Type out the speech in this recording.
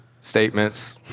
Statements